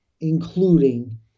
including